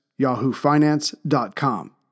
yahoofinance.com